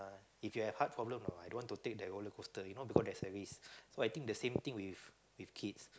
if you have heart problem I don't want to take the roller coaster you know because there's a risk so I think the same thing with with kids